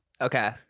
Okay